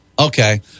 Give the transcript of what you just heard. Okay